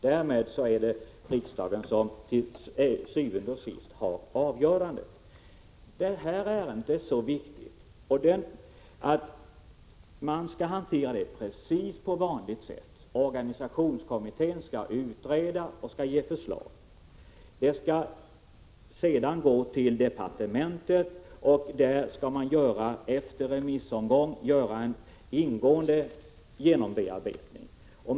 Därmed är det riksdagen som til syvende og sidst har avgörandet. Det här ärendet är så viktigt att man skall hantera det precis på vanligt sätt. Organisationskommittén skall utreda och ge förslag. Detta skall sedan gå till departementet, och där skall man efter remissomgång göra en ingående bearbetning.